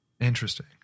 Interesting